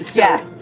yeah,